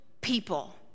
people